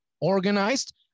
organized